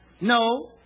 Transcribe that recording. No